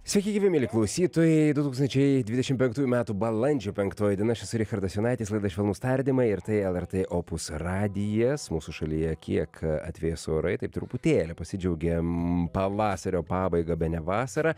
sveiki gyvi mieli klausytojai du tūkstančiai dvidešimt penktųjų metų balandžio penktoji diena aš esu richardas jonaitis laida švelnūs tardymai ir tai lrt opus radijas mūsų šalyje kiek atvės orai taip truputėlį pasidžiaugėm pavasario pabaiga bene vasara